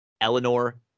Eleanor